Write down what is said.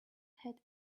had